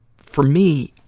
for me,